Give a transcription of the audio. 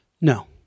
No